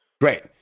Great